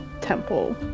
temple